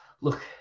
look